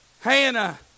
Hannah